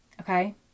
okay